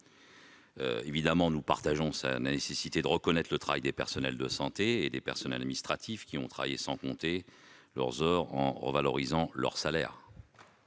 Évidemment, nous soutenons la reconnaissance du travail des personnels de santé et des personnels administratifs, qui ont travaillé sans compter leurs heures en revalorisant leur salaire.